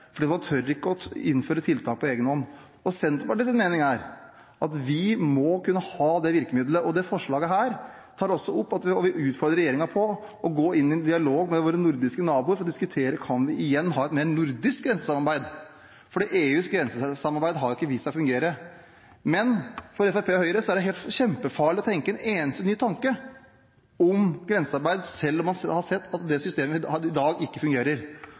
for det var fortvilende å se hvordan regjeringen reagerte også på den situasjonen vi sto overfor. Den norske regjeringen turte ikke å si at man ville ha nasjonale tiltak på grensen før den svenske og danske regjeringen sa det, for man tør ikke å innføre tiltak på egen hånd. Senterpartiets mening er at vi må kunne ha det virkemidlet, og dette forslaget tar også opp – og vi utfordrer regjeringen på – å gå inn i en dialog med våre nordiske naboer for å diskutere: Kan vi igjen ha mer av et nordisk grensesamarbeid? For EUs grensesamarbeid har ikke vist at det fungerer. Men for